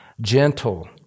gentle